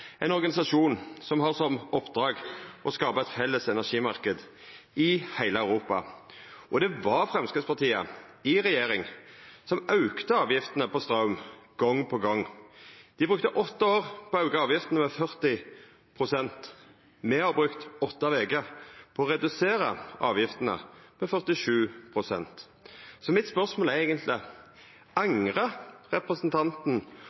ein organisasjon som har som oppdrag å skapa ein felles energimarknad i heile Europa, og det var Framstegspartiet i regjering som auka avgiftene på straum gong på gong. Dei brukte åtte år på å auka avgiftene med 40 pst. Me har brukt åtte veker på å redusera avgiftene med 47 pst. Mitt spørsmål er eigentleg: Angrar representanten